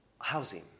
housing